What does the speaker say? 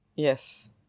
yes